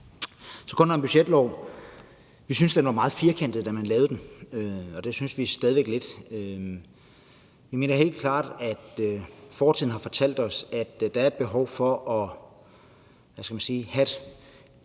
Vi synes, budgetloven var meget firkantet, da man lavede den, og det synes vi stadig væk lidt. Vi mener helt klart, at fortiden har fortalt os, at der er et behov for at have et